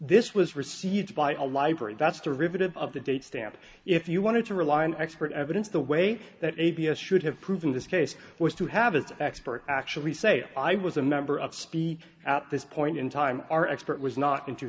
this was received by a library that's the riveted of the date stamp if you want to rely on expert evidence the way that a b s should have proven this case was to have its expert actually say i was a member of speak at this point in time our expert was not in two